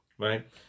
Right